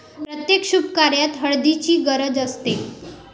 प्रत्येक शुभकार्यात हळदीची गरज असते